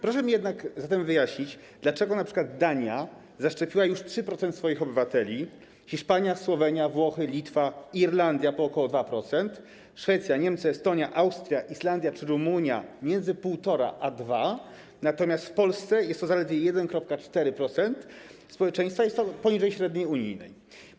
Proszę mi jednak zatem wyjaśnić, dlaczego np. Dania zaszczepiła już 3% swoich obywateli, Hiszpania, Słowenia, Włochy, Litwa, Irlandia - po około 2%, Szwecja, Niemcy, Estonia, Austria, Islandia czy Rumunia - między 1,5% a 2%, natomiast w Polsce jest to zaledwie 1,4% społeczeństwa i to jest poniżej średniej unijnej.